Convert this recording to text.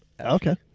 Okay